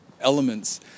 elements